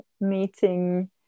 meeting